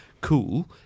cool